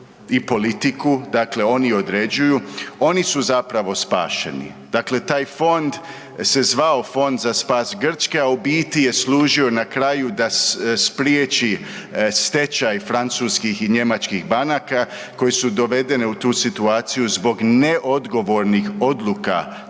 i politiku, dakle oni određuju, oni su zapravo spašeni. Dakle, taj fond se zvao Fond za spas Grčke, a u biti je služio na kraju da spriječi stečaj francuskih i njemačkih banaka koje su dovedene u tu situaciju zbog neodgovornih odluka tih